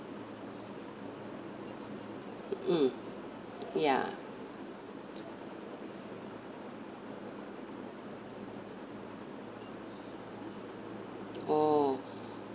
mm ya oh